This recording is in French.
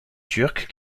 turcs